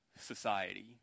society